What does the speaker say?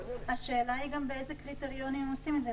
השאלה היא גם באיזה קריטריונים עושים את זה,